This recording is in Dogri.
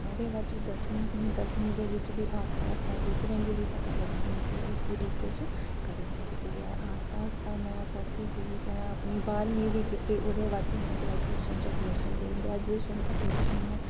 ओह्दे बाद च दसमीं ही दसमीं दे बिच्च बी आस्ता आस्ता टीचरें गी बी पता लग्गी गेआ कि एह् कुड़ी कुछ करी सकदी ऐ आस्ता आस्ता में पढ़दी गेई में अपनी बाह्रमीं बी कीती ओह्दे बाद च में ग्रैजुऐशन च अडमिशन लेई ग्रैजुएशन अडमिशन में